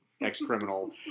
ex-criminal